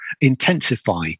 intensify